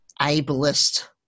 ableist